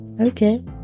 okay